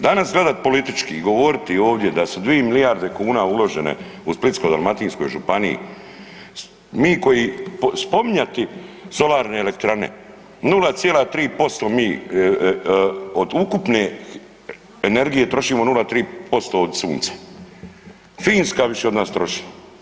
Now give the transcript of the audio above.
Danas gledati politički i govoriti ovdje da su 2 milijarde kuna uložene u Splitsko-dalmatinskoj županiji, mi koji, spominjati solarne elektrane, 0,3% mi od ukupne energije trošimo 0,3% od sunca, Finska više od nas troši.